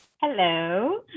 hello